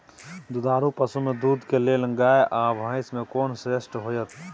दुधारू पसु में दूध के लेल गाय आ भैंस में कोन श्रेष्ठ होयत?